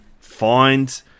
find